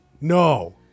no